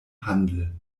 handel